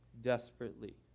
desperately